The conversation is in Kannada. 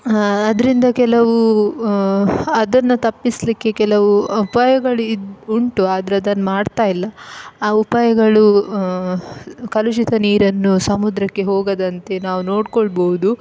ಅದರಿಂದ ಕೆಲವು ಅದನ್ನು ತಪ್ಪಿಸಲಿಕ್ಕೆ ಕೆಲವು ಉಪಾಯಗಳು ಇದು ಉಂಟು ಆದ್ರೆ ಅದನ್ನ ಮಾಡ್ತಾಯಿಲ್ಲ ಆ ಉಪಾಯಗಳು ಕಲುಷಿತ ನೀರನ್ನು ಸಮುದ್ರಕ್ಕೆ ಹೋಗದಂತೆ ನಾವು ನೋಡ್ಕೊಳ್ಬೋದು